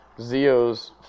Zio's